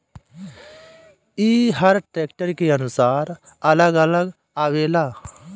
ई हर ट्रैक्टर के अनुसार अलग अलग आवेला